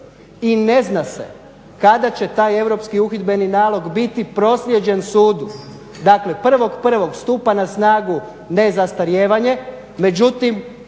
i ne zna se kada će taj europski uhidbeni nalog biti proslijeđen sudu. Dakle, 01.01. stupa na snagu nezastarijevanje, međutim